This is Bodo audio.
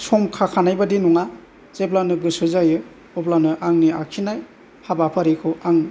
सम खाखानाय बादि नङा जेब्लानो गोसो जायो अब्लानो आंनि आखिनाय हाबफारिखौ आङो